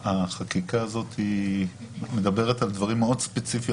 החקיקה הזאת מדברת על דברים מאוד ספציפיים,